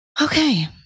okay